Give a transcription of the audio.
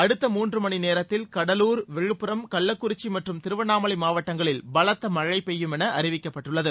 அடுத்த மூன்று மணி நேரத்தில் கடலூர் விழுப்புரம் கள்ளக்குறிச்சி மற்றும் திருவண்ணாமலை மாவட்டங்களில் பலத்த மழை பெய்யும் என அறிவிக்கப்பட்டுள்ளது